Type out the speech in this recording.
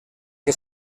que